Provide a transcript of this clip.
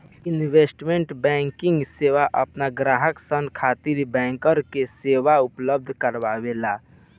investment banking सेवा आपन ग्राहक सन खातिर ब्रोकर के सेवा उपलब्ध करावेला